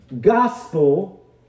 gospel